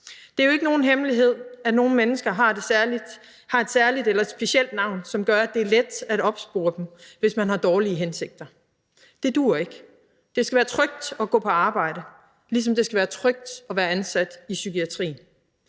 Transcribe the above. Det er jo ikke nogen hemmelighed, at nogle mennesker har et særligt eller specielt navn, som gør, at det er let at opspore dem, hvis man har dårlige hensigter. Det duer ikke. Det skal være trygt at gå på arbejde, ligesom det skal være trygt at være ansat i psykiatrien.